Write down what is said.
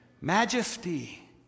Majesty